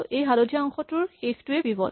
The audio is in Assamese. এই হালধীয়া অংশটোৰ শেষটোৱেই পিভট